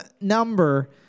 number